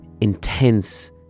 intense